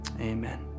Amen